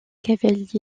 cavaliers